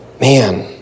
Man